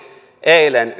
eilen